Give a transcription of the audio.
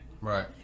Right